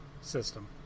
system